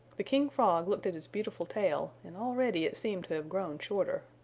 the king frog looked at his beautiful tail and already it seemed to have grown shorter.